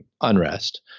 unrest